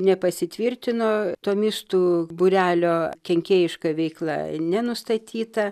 nepasitvirtino tomistų būrelio kenkėjiška veikla nenustatyta